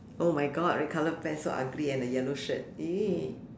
oh my God red colour pants so ugly and a yellow shirt !ee!